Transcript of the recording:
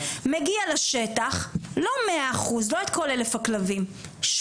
ולא מצליח לתפוס את כל 1,000 הכלבים אבל